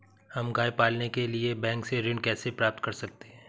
हम गाय पालने के लिए बैंक से ऋण कैसे प्राप्त कर सकते हैं?